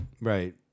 right